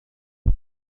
and